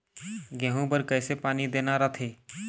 गेहूं बर कइसे पानी देना रथे?